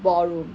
ballroom